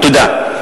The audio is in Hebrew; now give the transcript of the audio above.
תודה.